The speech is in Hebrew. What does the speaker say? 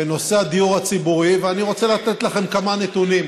בנושא הדיור הציבורי ואני רוצה לתת לכם כמה נתונים.